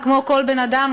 כמו כל בן-אדם,